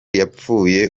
yapfuye